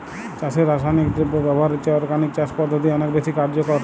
চাষে রাসায়নিক দ্রব্য ব্যবহারের চেয়ে অর্গানিক চাষ পদ্ধতি অনেক বেশি কার্যকর